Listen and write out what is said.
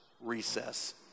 recess